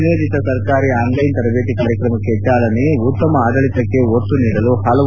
ಸಂಯೋಜಿತ ಸರಕಾರಿ ಆನ್ಲೈನ್ ತರಬೇತಿ ಕಾರ್ಯಕ್ರಮಕ್ಕೆ ಚಾಲನೆ ಉತ್ತಮ ಆಡಳಿತಕ್ಕೆ ಒತ್ತು ನೀಡಲು ಹಲವು